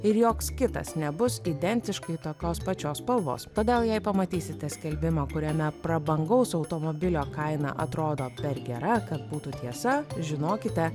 ir joks kitas nebus identiškai tokios pačios spalvos todėl jei pamatysite skelbimą kuriame prabangaus automobilio kaina atrodo per gera kad būtų tiesa žinokite